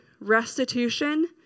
restitution